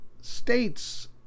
states